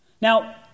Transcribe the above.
Now